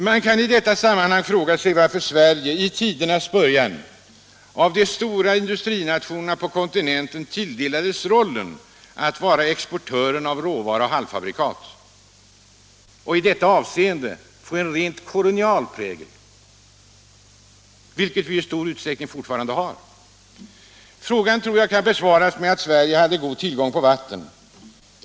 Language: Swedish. Man kan i detta sammanhang fråga sig varför Sverige i tidernas början av de stora industrinationerna på kontinenten tilldelades rollen att vara exportören av råvara och halvfabrikat och i detta avseende fick en rent kolonial prägel, vilket vi i stor utsträckning fortfarande har. Frågan kan besvaras med att Sverige hade god tillgång på vatten.